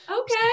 Okay